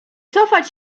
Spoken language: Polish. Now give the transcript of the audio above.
cofać